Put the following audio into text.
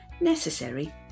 necessary